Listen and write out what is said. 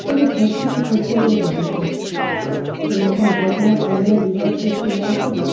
কাজেই সব কিছু সব জায়গায় মানায় না কোনো রকম ঝগড়া ঝামেলা বিবাদ সৃষ্টি না করে